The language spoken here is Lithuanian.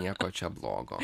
nieko čia blogo